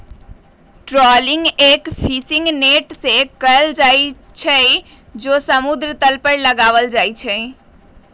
trawling एक fishing net से कइल जाहई जो समुद्र तल पर लगावल जाहई